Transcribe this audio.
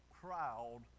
crowd